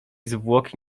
zwłoki